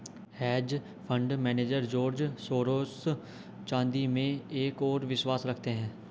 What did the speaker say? hedge fund manager George Soros चांदी में एक और विश्वास रखते हैं